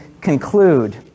conclude